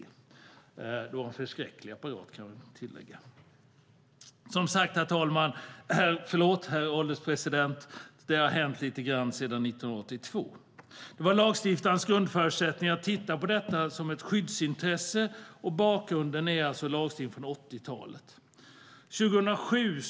Det var en förskräcklig apparat, kan jag tillägga. Det var lagstiftarens grundförutsättning att titta på detta som ett skyddsintresse. Bakgrunden är alltså en lagstiftning från 1980-talet.